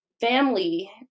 family